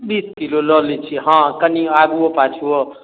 बीस किलो लऽ लै छियै हँ कनी आगुओ पाछुओ